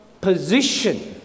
position